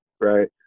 Right